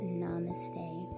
namaste